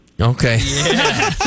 Okay